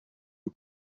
you